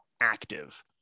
active